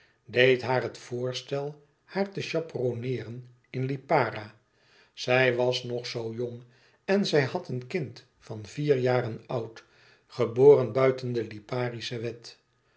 deed haar het voorstel haar te chaperoneeren in lipara zij was nog zoo jong en zij had een kind van vier jaren oud geboren buiten de liparische wet